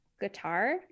guitar